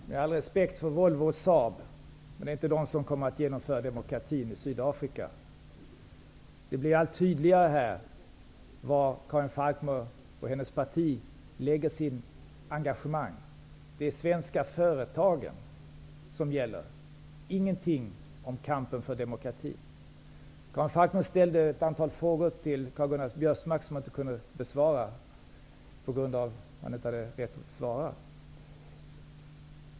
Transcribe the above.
Fru talman! Jag hyser all respekt för Volvo och Saab, men det är inte de som kommer att genomföra demokratin i Sydafrika. Det blir allt tydligare var Karin Falkmer och hennes parti lägger sitt engagemang: Det är de svenska företagen som gäller. Vi har inte hört någonting om kampen för demokratin. Karin Falkmer ställde ett antal frågor till Karl Göran Biörsmark som han inte kunde besvara eftersom han inte hade rätt till det.